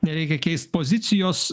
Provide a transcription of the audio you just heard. nereikia keist pozicijos